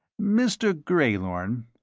mr. greylorn,